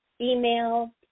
email